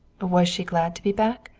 was she glad to be back?